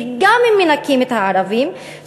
וגם אם מנכים את הערבים,